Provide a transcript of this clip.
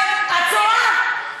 את טועה.